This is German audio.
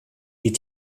die